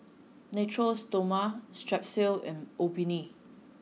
natura Stoma Strepsils and Obimin